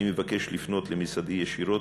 אני מבקש לפנות למשרדי ישירות,